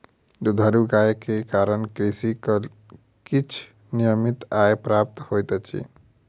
दुधारू गाय के कारण कृषक के किछ नियमित आय प्राप्त होइत अछि